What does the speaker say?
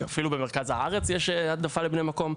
אפילו במרכז הארץ יש העדפה לבני מקום.